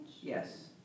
Yes